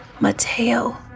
Mateo